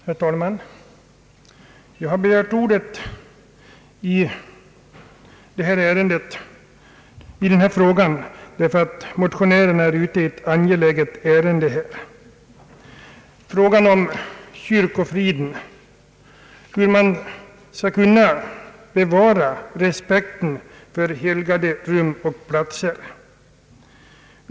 Herr talman! Jag har begärt ordet i denna fråga därför att motionärerna är ute i ett angeläget ärende, frågan om kyrkofriden, hur man skall kunna bevara respekten för helgade rum och platser.